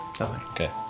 Okay